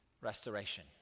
restoration